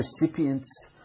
recipients